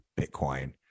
Bitcoin